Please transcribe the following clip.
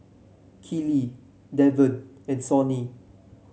Keeley Deven and Sonny